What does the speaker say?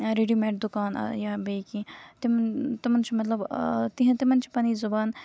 ریڑی میڑ دُکان یا بیٚیہِ کیٚنٛہہ تِمَن تِمَن چھُ مطلب تِہنٛز تِمَن چھُ پَنُن زُبان